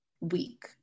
week